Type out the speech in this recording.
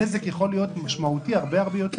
הנזק יכול להיות משמעותי הרבה יותר.